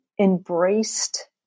embraced